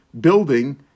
building